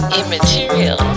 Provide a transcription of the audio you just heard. immaterial